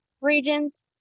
regions